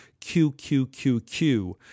QQQQ